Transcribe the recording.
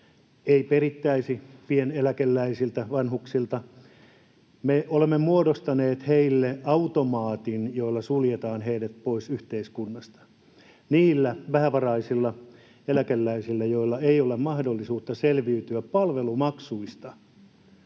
ei perittäisi pieneläkeläisiltä, vanhuksilta? Me olemme muodostaneet heille automaatin, jolla suljetaan heidät pois yhteiskunnasta. Niiltä vähävaraisilta eläkeläisiltä, joilla ei ole mahdollisuutta selviytyä palvelumaksuista,